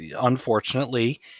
unfortunately